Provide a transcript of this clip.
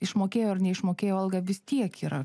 išmokėjo ar neišmokėjo algą vis tiek yra